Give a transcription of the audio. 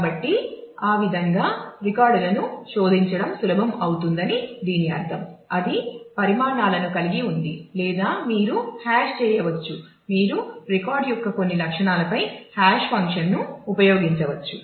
కాబట్టి ఆ విధంగా రికార్డులను శోధించడం సులభం అవుతుందని దీని అర్థం అది పరిణామాలను కలిగి ఉంది లేదా మీరు హాష్ కూడా ఉండవచ్చు